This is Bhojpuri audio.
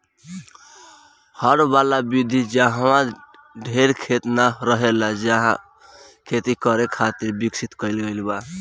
हर वाला विधि जाहवा ढेर खेत ना रहेला उहा खेती करे खातिर विकसित कईल गईल बा